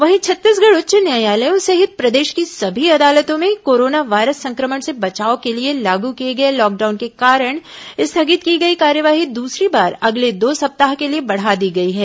वहीं छत्तीसगढ़ उच्च न्यायालयों सहित प्रदेश की सभी अदालतों में कोरोना वायरस संक्रमण से बचाव के लिए लागू किए गए लॉकडाउन के कारण स्थगित की गई कार्यवाही दूसरी बार अगले दो सप्ताह के लिए बढ़ा दी गई है